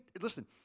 listen